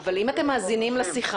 אבל אם אתם מאזינים לשיחה,